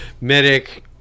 medic